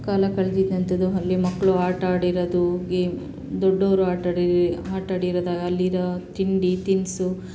ಕಾಲ ಕಳ್ದಿದ್ದು ಅಂಥದ್ದು ಅಲ್ಲಿ ಮಕ್ಕಳು ಆಟ ಆಡಿರೋದು ಗೇಮ್ ದೊಡ್ಡೋವ್ರು ಆಟಾಡಿ ಆಟಾಡಿರದು ಅಲ್ಲಿರೋ ತಿಂಡಿ ತಿನಿಸು